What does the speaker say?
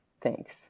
Thanks